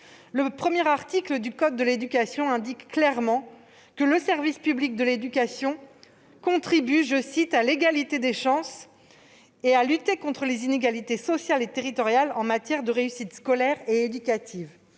Le premier article du code de l'éducation précise clairement que le service public de l'éducation « contribue à l'égalité des chances et à lutter contre les inégalités sociales et territoriales en matière de réussite scolaire et éducative.